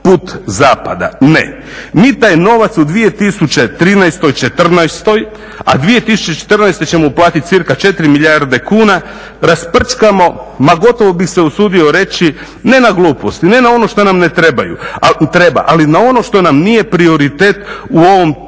put zapada, ne. Mi taj novac u 2013., 2014., a 2014. ćemo uplatiti cirka 4 milijarde kuna, rasprčkamo, ma gotovo bi se usudio reći ne na gluposti, ne na ono što nam ne treba, ali na ono što nam nije prioritet u ovom trenutku.